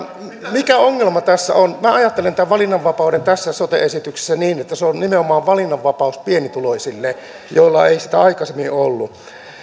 mikä ongelma tässä on minä ajattelen tämän valinnanvapauden tässä sote esityksessä niin että se on nimenomaan valinnanvapaus pienituloisille joilla ei sitä aikaisemmin ole ollut